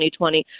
2020